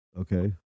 Okay